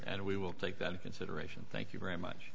and we will take that in consideration thank you very much